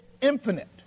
infinite